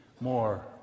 more